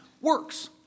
works